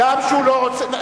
גם כשהוא לא רוצה.